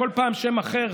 כל פעם שם אחר,